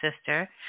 sister